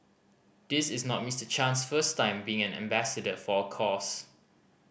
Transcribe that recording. this is not Mister Chan's first time being an ambassador for a cause